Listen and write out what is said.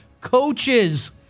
coaches